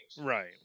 Right